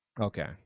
okay